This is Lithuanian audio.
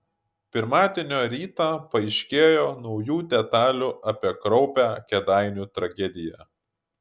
pirmadienio rytą paaiškėjo naujų detalių apie kraupią kėdainių tragediją